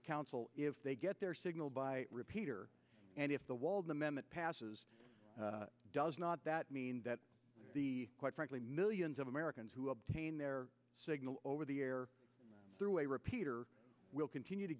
council if they get their signal by repeater and if the wall the minute passes does not that mean that the quite frankly millions of americans who obtain their signal over the air through a repeater will continue to